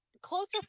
closer